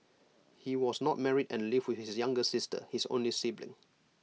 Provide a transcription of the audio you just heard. he was not married and lived with his younger sister his only sibling